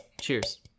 Cheers